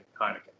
Heineken